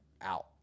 out